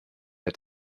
der